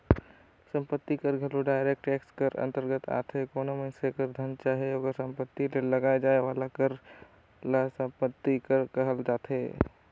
संपत्ति कर घलो डायरेक्ट टेक्स कर अंतरगत आथे कोनो मइनसे कर धन चाहे ओकर सम्पति में लगाए जाए वाला कर ल सम्पति कर कहल जाथे